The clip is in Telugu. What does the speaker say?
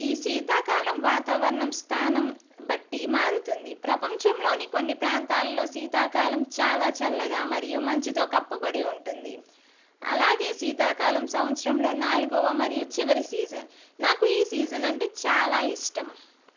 ఈ శీతాకాలం వాతావరణం స్థానం బట్టి మారుతుంది ప్రపంచంలోని కొన్ని ప్రాంతాల్లో శీతాకాలం చాలా చల్లగా మరియు మంచుతో కప్పబడి ఉంటుంది అలాగే శీతాకాలం సంవత్సరంలో నాలుగవ మరియు చివరి సీజన్ నాకు ఈ సీజన్ అంటే చాలా ఇష్టం